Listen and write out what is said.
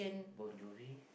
Bon Jovi